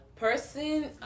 person